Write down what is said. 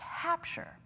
capture